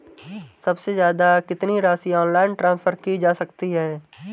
सबसे ज़्यादा कितनी राशि ऑनलाइन ट्रांसफर की जा सकती है?